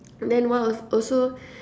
then one al~ also